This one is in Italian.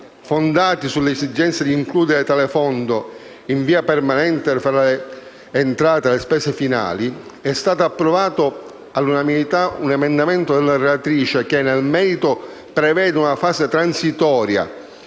fondati sull'esigenza di includere tale fondo in via permanente fra le entrate e le spese finali, è stato approvato all'unanimità un emendamento della relatrice che, nel merito, prevede una fase transitoria,